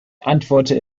antworte